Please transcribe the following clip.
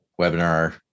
webinar